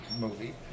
movie